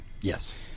Yes